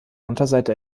unterseite